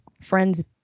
friend's